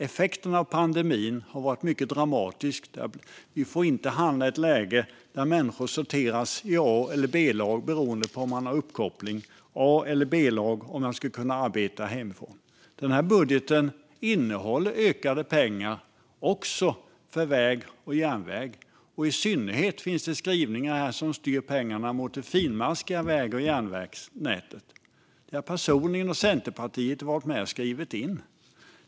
Effekterna av pandemin har varit mycket dramatiska. Vi får inte hamna i ett läge där människor sorteras i A eller B-lag beroende på om de har uppkoppling och kan arbeta hemifrån. Den här budgeten innehåller ökade pengar också för väg och järnväg. I synnerhet finns det skrivningar som jag personligen och Centerpartiet har varit med och fört in och som styr pengarna mot det finmaskiga väg och järnvägsnätet.